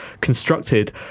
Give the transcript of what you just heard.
constructed